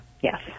Yes